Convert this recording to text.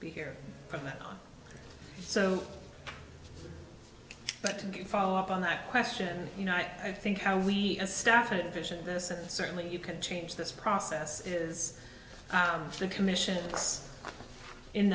be here for that so but to follow up on that question you know i think how we as staff and vision this and certainly you can change this process is the commission